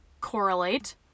correlate